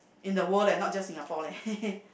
in the world leh not just Singapore leh